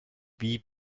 wie